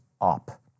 up